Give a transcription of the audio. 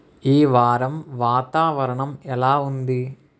ఈ వారం వాతావరణం ఎలా ఉంది